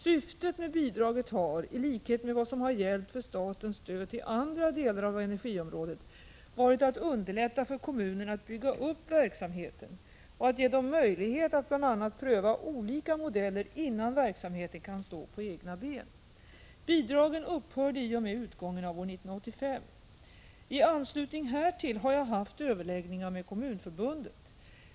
Syftet med bidraget har — i likhet med vad som har gällt för statens stöd till andra delar av energiområdet — varit att underlätta för kommunerna att bygga upp verksamheten och att ge dem möjlighet att bl.a. pröva olika modeller innan verksamheten kan stå på egna ben. Bidragen upphörde i och med utgången av år 1985. I anslutning härtill har jag haft överläggningar med Kommunförbundet.